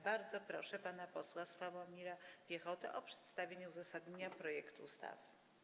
Bardzo proszę pana posła Sławomira Piechotę o przedstawienie uzasadnienia projektu ustawy.